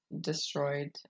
destroyed